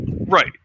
right